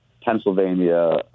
Pennsylvania